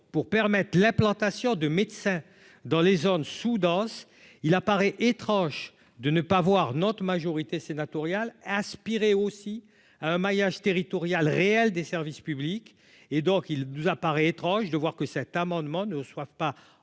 pour permettre l'implantation de médecins dans les zones sous-denses il apparaît étrange de ne pas voir notre majorité sénatoriale aspirer aussi à un maillage territorial réel des services publics et donc il nous apparaît étrange de voir que cet amendement ne soit pas